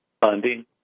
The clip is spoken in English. funding